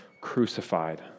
crucified